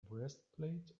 breastplate